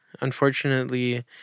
unfortunately